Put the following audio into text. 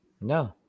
No